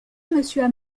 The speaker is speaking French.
monsieur